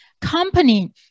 company